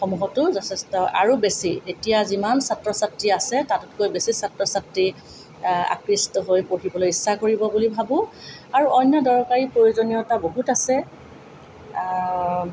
সমূহতো যথেষ্ট আৰু বেছি এতিয়া যিমান ছাত্ৰ ছাত্ৰী আছে তাতকৈ বেছি ছাত্ৰ ছাত্ৰী আকৃ্ষ্ট হৈ পঢ়িবলৈ ইচ্ছা কৰিব বুলি ভাবো আৰু অন্য দৰকাৰী প্ৰয়োজনীয়তা বহুত আছে